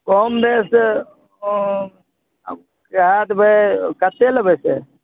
कम बेस कै देबै कतेक लेबै से